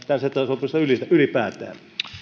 ceta sopimusta ylipäätään